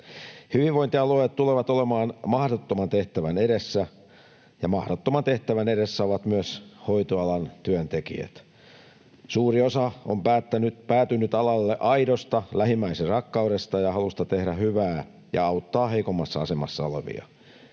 Hyvinvointialueet tulevat olemaan mahdottoman tehtävän edessä, ja mahdottoman tehtävän edessä ovat myös hoitoalan työntekijät. Suuri osa on päätynyt alalle aidosta lähimmäisenrakkaudesta ja halusta tehdä hyvää ja auttaa heikommassa asemassa olevia,